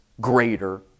greater